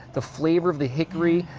the flavor of the hickory,